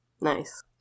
Nice